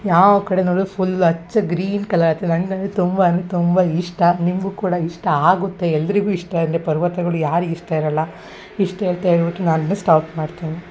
ಯಾವ ಕಡೆ ನೋಡಿದ್ರೂ ಫುಲ್ ಹಚ್ಚ ಗ್ರೀನ್ ಕಲರ್ ನನಗಂತು ತುಂಬ ಅಂದರೆ ತುಂಬ ಇಷ್ಟ ನಿಮಗೂ ಕೂಡ ಇಷ್ಟ ಆಗುತ್ತೆ ಎಲ್ಲರಿಗೂ ಇಷ್ಟ ಅಂದರೆ ಪರ್ವತಗಳು ಯಾರಿಗೆ ಇಷ್ಟ ಇರಲ್ಲ ಇಷ್ಟು ಹೇಳ್ತಾ ಹೇಳ್ಬಿಟ್ಟು ನಾನು ಇನ್ನು ಸ್ಟಾಪ್ ಮಾಡ್ತೀನಿ